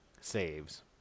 saves